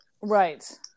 right